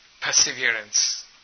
perseverance